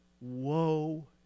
woe